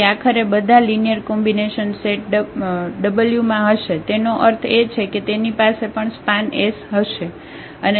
તેથી આખરે બધા લિનિયર કોમ્બિનેશન સેટ w માં હશે તેનો અર્થ એ છે કે તેની પાસે પણ સ્પાન હશે